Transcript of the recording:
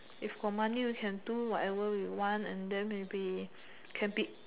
if got money we can do whatever we want and then maybe can beat